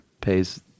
pays